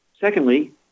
Secondly